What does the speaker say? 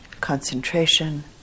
concentration